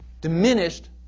diminished